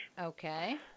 Okay